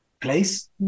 place